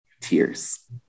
Tears